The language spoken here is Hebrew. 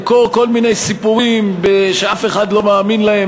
למכור כל מיני סיפורים שאף אחד לא מאמין בהם,